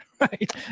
Right